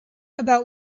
about